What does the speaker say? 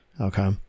okay